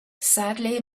sadly